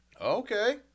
Okay